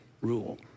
rule